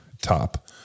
top